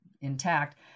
intact